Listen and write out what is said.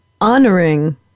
honoring